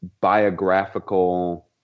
biographical